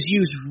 use